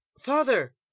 FATHER